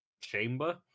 chamber